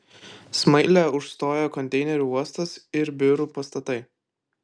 smailę užstojo konteinerių uostas ir biurų pastatai